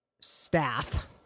staff